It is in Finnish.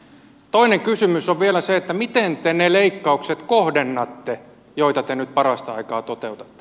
toinen kysymys on vielä se miten te ne leikkaukset kohdennatte joita te nyt parasta aikaa toteutatte